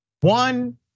One